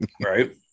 Right